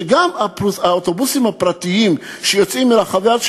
שגם האוטובוסים הפרטיים שיוצאים מרחבי הארץ,